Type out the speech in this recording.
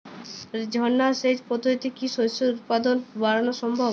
ঝর্না সেচ পদ্ধতিতে কি শস্যের উৎপাদন বাড়ানো সম্ভব?